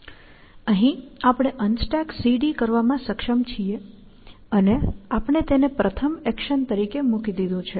અહીં આપણે UnstackCD કરવામાં સક્ષમ છીએ અને આપણે તેને પ્રથમ એક્શન તરીકે મૂકી દીધું છે